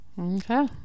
okay